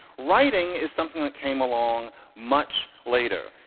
writing is something that came along much later,